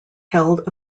held